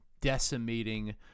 decimating